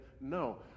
no